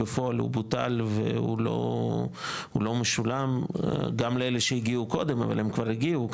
בפועל הוא בוטל והוא לא משולם גם לאלה שהגיעו קודם אבל הם כבר הגיעו,